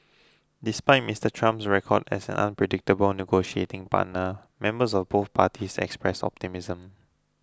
despite Mr Trump's record as an unpredictable negotiating partner members of both parties expressed optimism